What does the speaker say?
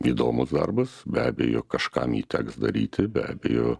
įdomus darbas be abejo kažkam jį teks daryti ir be abejo